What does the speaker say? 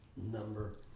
number